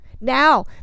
now